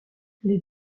les